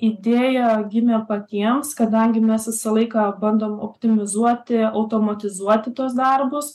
idėja gimė patiems kadangi mes visą laiką bandom optimizuoti automatizuoti tuos darbus